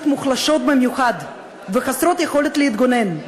מוחלשות במיוחד וחסרות יכולת להתגונן,